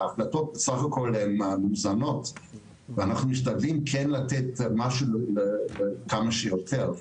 ההחלטות סך הכל הן מאוזנות ואנחנו משתדלים כן לתת לאנשים כמה שיותר,